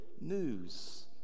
news